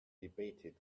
debated